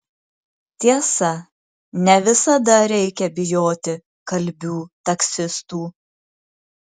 tiesa ne visada reikia bijoti kalbių taksistų